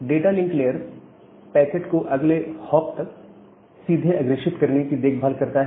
data link layer packet को अगले hop को सीधे अग्रेषित करने की देखभाल करता है